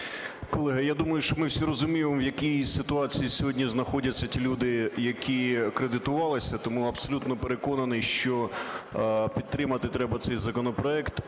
Колеги, я думаю, що ми всі розуміємо в якій ситуації сьогодні знаходяться ті люди, які кредитувалися, тому абсолютно переконаний, що підтримати треба цей законопроект.